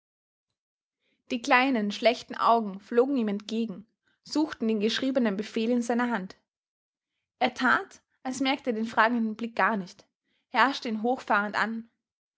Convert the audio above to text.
die kleinen schlechten augen flogen ihm entgegen suchten den geschriebenen befehl in seiner hand er tat als merkte er den fragenden blick gar nicht herrschte ihn hochfahrend an